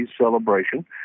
celebration